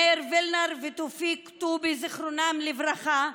מאיר וילנר ותופיק טובי, זיכרונם לברכה,